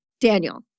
Daniel